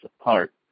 apart